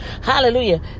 Hallelujah